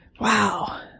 Wow